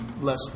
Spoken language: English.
less